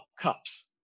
cups